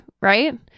right